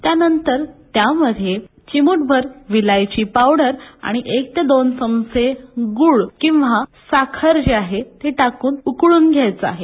त्यानंतर त्यामधे चिमूटभर विलायची पावडर आणि एक ते दोन चमचे गूळ किंवा साखर जे आहे हे टाक्रन उकळून घ्यायचं आहे